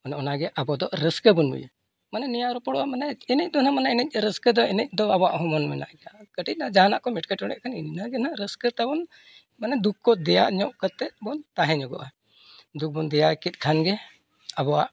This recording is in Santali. ᱚᱱᱮ ᱚᱱᱟᱜᱮ ᱟᱵᱚ ᱫᱚ ᱨᱟᱹᱥᱠᱟᱹ ᱵᱚᱱ ᱵᱩᱡᱟ ᱢᱟᱱᱮ ᱱᱮᱭᱟᱣ ᱨᱚᱯᱚᱲᱚᱜᱼᱟ ᱢᱟᱱᱮ ᱮᱱᱮᱡ ᱫᱚ ᱱᱟᱦᱟᱜ ᱮᱱᱮᱡ ᱨᱟᱹᱥᱠᱟᱹ ᱫᱚ ᱮᱱᱮᱡ ᱫᱚ ᱟᱵᱚᱣᱟᱜ ᱦᱚᱸ ᱢᱚᱱ ᱢᱮᱱᱟᱜ ᱜᱮᱭᱟ ᱠᱟᱹᱴᱤᱡ ᱚᱱᱟ ᱡᱟᱦᱟᱱᱟᱜ ᱠᱚᱢ ᱮᱴᱠᱮᱴᱚᱬᱮᱜ ᱠᱷᱟᱱ ᱤᱱᱟᱹᱜᱮ ᱱᱟᱦᱟᱜ ᱨᱟᱹᱥᱠᱟᱹ ᱛᱟᱵᱚᱱ ᱢᱟᱱᱮ ᱫᱩᱠᱷ ᱠᱚ ᱫᱮᱭᱟ ᱧᱚᱜ ᱠᱟᱛᱮᱫ ᱵᱚᱱ ᱛᱟᱦᱮᱸ ᱧᱚᱜᱚᱜᱼᱟ ᱫᱩᱠᱷ ᱵᱚᱱ ᱫᱮᱭᱟ ᱠᱮᱫ ᱠᱷᱟᱱ ᱜᱮ ᱟᱵᱚᱣᱟᱜ